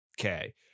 Okay